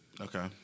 Okay